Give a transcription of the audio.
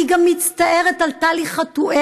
אני גם מצטערת על טלי חטואל,